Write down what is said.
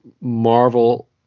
Marvel